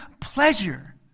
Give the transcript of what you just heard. pleasure